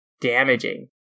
damaging